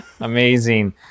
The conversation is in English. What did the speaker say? Amazing